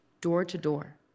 door-to-door